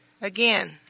Again